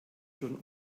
schon